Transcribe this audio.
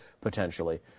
potentially